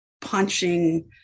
punching